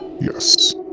Yes